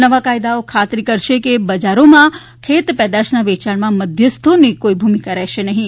નવા કાયદાઓ ખાતરી કરશે કે બજારોમાં ખેતપેદાશોના વેચાણમાં મધ્યસ્થીઓની કોઈ ભૂમિકા રહેશે નહીં